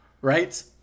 Right